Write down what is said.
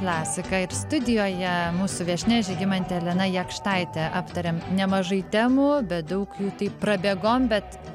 klasika ir studijoje mūsų viešnia žygimantė elena jakštaitė aptarėm nemažai temų bet daug jų taip prabėgom bet